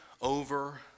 over